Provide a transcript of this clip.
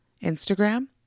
Instagram